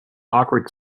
awkward